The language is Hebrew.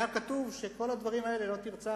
כתוב שכל הדברים האלה: "לא תרצח",